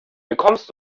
bekommst